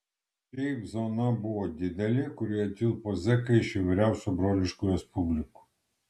šiaip zona buvo didelė kurioje tilpo zekai iš įvairiausių broliškų respublikų